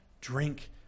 drink